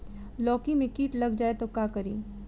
लौकी मे किट लग जाए तो का करी?